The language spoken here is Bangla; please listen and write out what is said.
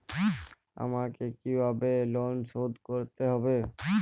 আমাকে কিভাবে লোন শোধ করতে হবে?